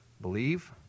Believe